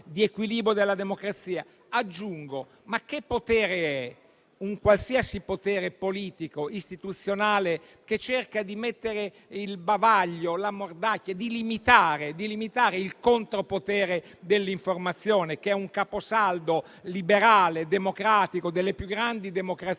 di equilibrio della democrazia. Aggiungo: che potere è un qualsiasi potere politico-istituzionale che cerca di mettere il bavaglio e la mordacchia, limitando il contropotere dell'informazione, che è un caposaldo liberale e democratico delle più grandi democrazie